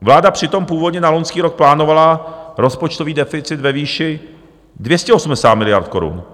Vláda přitom původně na loňský rok plánovala rozpočtový deficit ve výši 280 miliard korun.